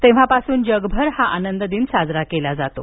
तेव्हापासून जगभर हा आनंद दिन साजरा केला जातो